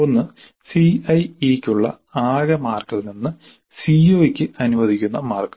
ഒന്ന് സിഐഇയ്ക്കുള്ള ആകെ മാർക്കിൽ നിന്ന് സിഒക്ക് അനുവദിക്കുന്ന മാർക്ക്